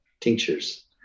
tinctures